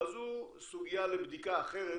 אבל זו סוגיה לבדיקה אחרת,